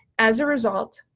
as a result,